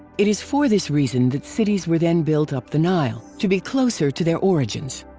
it is for this reason that cities were then built up the nile, to be closer to their origins.